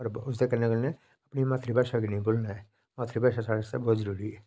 पर उसदे कन्ने कन्ने अपनी मातृभाषा गी नी भुल्लना ऐ मातृभाषा स्हाड़े आस्तै बहुत जरूरी ऐ